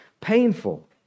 painful